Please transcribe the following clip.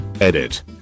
Edit